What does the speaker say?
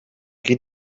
qui